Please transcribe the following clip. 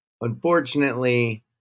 Unfortunately